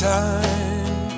time